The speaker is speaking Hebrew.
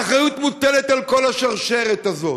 האחריות מוטלת על כל השרשרת הזאת.